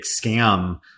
scam